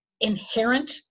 inherent